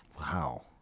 Wow